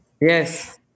Yes